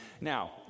Now